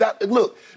look